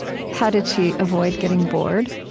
how did she avoid getting bored?